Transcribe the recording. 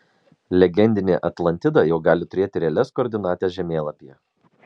legendinė atlantida jau gali turėti realias koordinates žemėlapyje